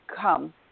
come